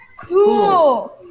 Cool